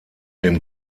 dem